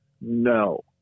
No